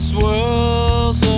Swirls